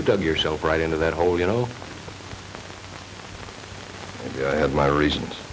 dug yourself right into that whole you know i had my reasons